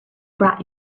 brought